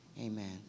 Amen